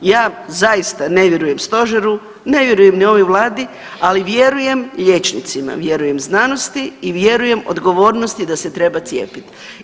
Ja zaista ne vjerujem Stožeru, ne vjerujem ni ovoj Vladi, ali vjerujem liječnicima, vjerujem znanosti i vjerujem odgovornosti da se treba cijepiti.